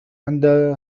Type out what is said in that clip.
عند